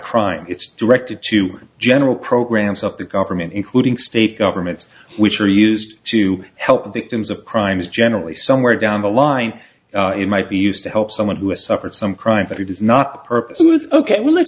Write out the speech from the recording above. crime it's directed to general programs of the government including state governments which are used to help victims of crime is generally somewhere down the line it might be used to help someone who has suffered some crimes that he does not purposely with ok well let's